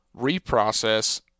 reprocess